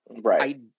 Right